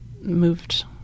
moved